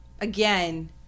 again